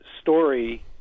story